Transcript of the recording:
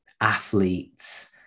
athletes